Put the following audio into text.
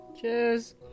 Cheers